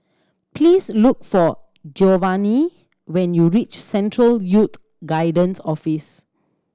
please look for Giovani when you reach Central Youth Guidance Office